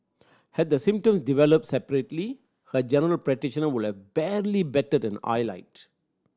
had the symptoms developed separately her general practitioner would have barely batted an eyelid